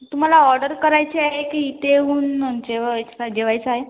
तुम्हला ऑर्डर करायची आहे की इथे येऊन जेवायचं जेवायचं आहे